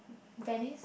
Venice